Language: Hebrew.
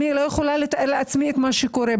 יכולה לתאר לעצמי את מה שקורה.